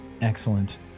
Excellent